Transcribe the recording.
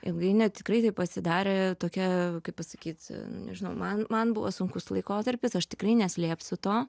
ilgainiui tikrai taip pasidarė tokia kaip pasakyt nežinau man man buvo sunkus laikotarpis aš tikrai neslėpsiu to